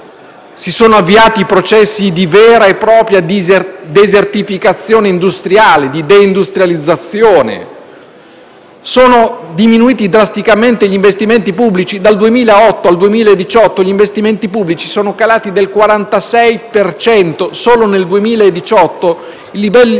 si sono avviati processi di vera e propria di desertificazione industriale, di deindustrializzazione; sono diminuiti drasticamente gli investimenti pubblici. Dal 2008 al 2018 gli investimenti pubblici sono calati del 46 per cento e solo nel 2018 il livello